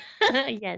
Yes